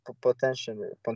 potential